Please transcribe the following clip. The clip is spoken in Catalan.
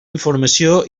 informació